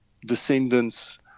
descendants